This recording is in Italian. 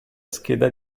scheda